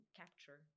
capture